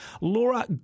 Laura